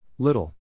Little